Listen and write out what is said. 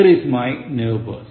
Where is my belongings